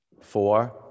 Four